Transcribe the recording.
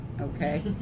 okay